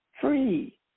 free